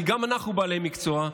כי גם אנחנו בעלי מקצוע.